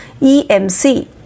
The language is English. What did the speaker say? EMC